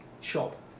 shop